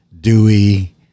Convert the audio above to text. Dewey